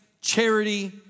charity